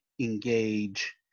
engage